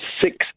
six